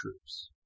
troops